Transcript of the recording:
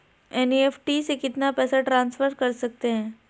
NEFT से कितना पैसा ट्रांसफर कर सकते हैं?